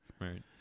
Right